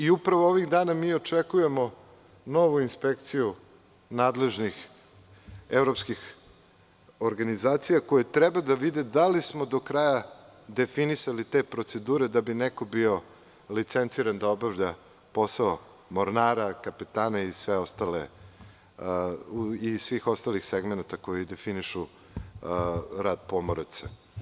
Upravo ovih dana mi očekujemo novu inspekciju nadležnih evropskih organizacija koje treba da vide da li smo do kraja definisali te procedure da bi neko bio licenciran da obavlja posao mornara, kapetana i svih ostalih segmenata koji definišu rad pomoraca.